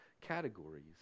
categories